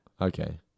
Okay